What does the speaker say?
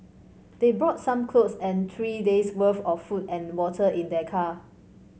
they brought some clothes and three days' worth of food and water in their car